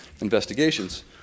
investigations